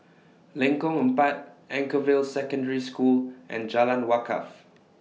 Lengkong Empat Anchorvale Secondary School and Jalan Wakaff